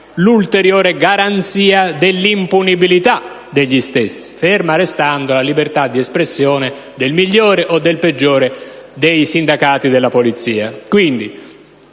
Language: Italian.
l'ulteriore garanzia dell'impunibilità degli stessi, ferma restando la libertà di espressione del migliore o del peggiore dei sindacati della Polizia.